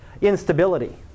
instability